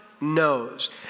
knows